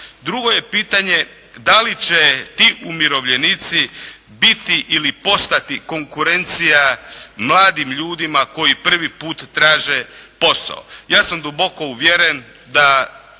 Drugo je pitanje da li će ti umirovljenici biti ili postati konkurencija mladim ljudima koji prvi put traže posao. Ja sam duboko uvjeren da